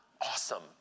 awesome